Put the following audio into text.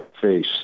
face